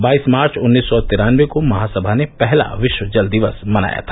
बाइस मार्च उन्नीस सौ तिरानबे को महासभा ने पहला विश्व जल दिवस मनाया था